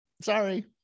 Sorry